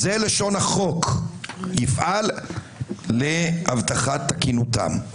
זה לשון החוק "יפעל להבטחת תקינותם".